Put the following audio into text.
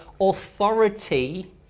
authority